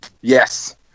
Yes